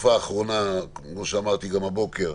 בתקופה האחרונה, כמו שאמרתי הבוקר,